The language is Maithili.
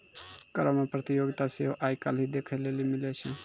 करो मे प्रतियोगिता सेहो आइ काल्हि देखै लेली मिलै छै